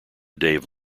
dave